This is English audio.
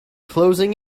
closing